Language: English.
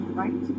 right